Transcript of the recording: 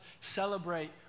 celebrate